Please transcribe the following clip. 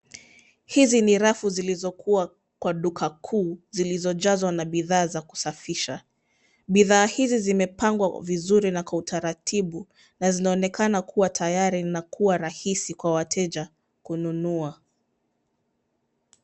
Hizi ni rafu zilizokuwa kwa duka kuu, zilizojazwa na bidhaa za kusafisha. Bidhaa hizi zimepangwa vizuri na kwa utaratibu, na zinaonekana kuwa tayari na kuwa rahisi kwa wateja kununua.